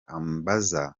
ambaza